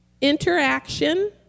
interaction